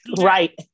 Right